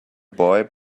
boy